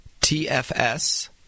TFS